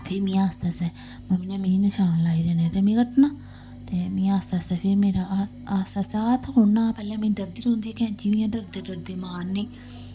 फ्ही में आस्ता आस्ता मम्मी ने मिगी नशान लाई देने ते में कट्टना ते में आस्ता आस्ता फ्ही मेरा आस्ता आस्ता हत्थ खोलना पैह्लें में डरदी रौंह्दी ही कैंची बी इ'यां डरदे डरदे मारनी